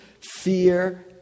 Fear